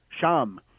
Sham